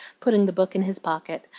putting the book in his pocket,